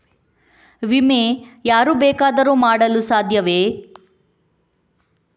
ವಿಮೆ ಯಾರು ಬೇಕಾದರೂ ಮಾಡಲು ಸಾಧ್ಯವೇ?